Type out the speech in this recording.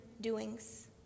doings